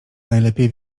najlepiej